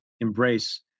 embrace